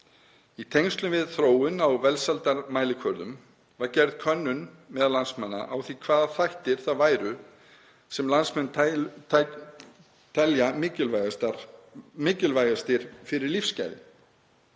Í tengslum við þróun á velsældarmælikvörðum var gerð könnun meðal landsmanna á því hvaða þættir það væru sem landsmenn teldu mikilvægasta fyrir lífsgæði